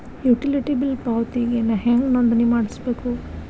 Utility bill ಪಾವತಿಗೆ ನಾ ಹೆಂಗ್ ನೋಂದಣಿ ಮಾಡ್ಸಬೇಕು?